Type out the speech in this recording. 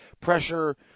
pressure